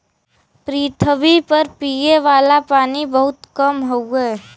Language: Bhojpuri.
पृथवी पर पिए वाला पानी बहुत कम हउवे